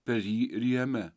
per jį ir jame